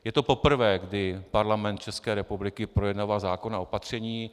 Je to poprvé, kdy Parlament České republiky projednává zákonná opatření.